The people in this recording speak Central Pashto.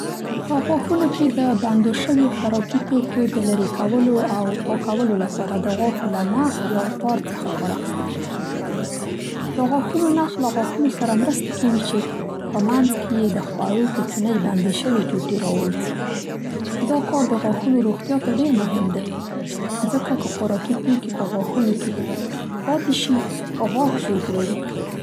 په غاښونو کې د بندو شویو خوراکي توکو د لرې کولو او پاکولو لپاره د غاښو له نخ یا تار څخه کار اخیستل کېږي. د غاښونو نخ له غاښونو سره مرسته کوي چې په منځ کې یې د خوړو کوچنۍ بندې شوې ټوټې را ووځي. دا کار د غاښونو روغتیا ته ډېر مهم دی ځکه که خوراکي توکي په غاښونو کې پاتې شي غاښ ژوبلوي.